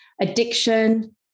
addiction